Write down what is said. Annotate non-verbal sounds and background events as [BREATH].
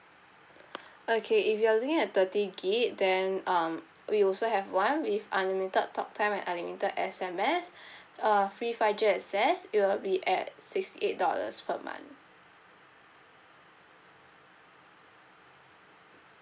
okay if you are looking at thirty gigabyte then um we also have one with unlimited talk time and unlimited S_M_S [BREATH] uh free five G access it will be at sixty eight dollars per month